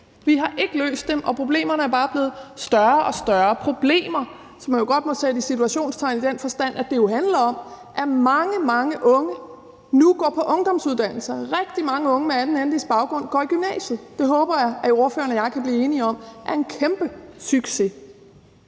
Vi har ikke løst dem, og problemerne er bare blevet større og større. Det er problemer, som man gerne må sætte i citationstegn, fordi det jo handler om, at der er mange, mange unge, der nu går på en ungdomsuddannelse. Der er rigtig mange unge med anden etnisk baggrund, der går i gymnasiet. Det håber jeg at spørgeren og jeg kan blive enige om er en kæmpesucces.